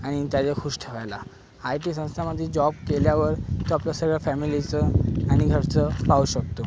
आणि त्याचं खूश ठेवायला आयटी संस्थामध्ये जॉब केल्यावर तो आपल्या सगळ्या फॅमिलीचं आणि घरचं पाहू शकतो